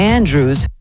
Andrews